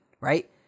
right